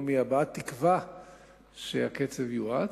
או בהבעת תקווה שהקצב יואץ,